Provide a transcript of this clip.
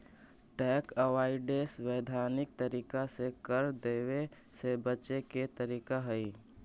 tax avoidance वैधानिक तरीका से कर देवे से बचे के तरीका हई